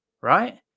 right